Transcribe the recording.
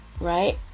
right